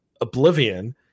oblivion